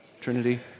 Trinity